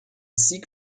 sieg